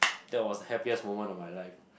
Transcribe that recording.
that was the happiest moment of my life